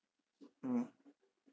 mm